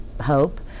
hope